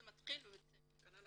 זה מתחיל בבית הספר.